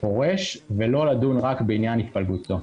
כפורש ולא רק לדון בעניין התפלגותו.